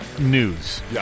News